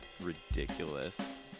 Ridiculous